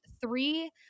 three